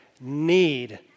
need